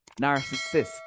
narcissist